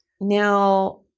now